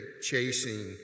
chasing